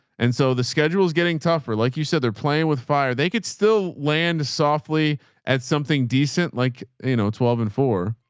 and so the schedule is getting tougher. like you said, they're playing with fire. they could still land softly at something decent, like, you know, twelve and four.